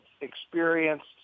experienced